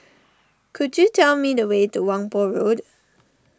could you tell me the way to Whampoa Road